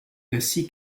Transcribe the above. ainsi